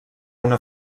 una